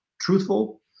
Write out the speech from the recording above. truthful